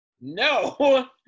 No